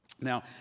Now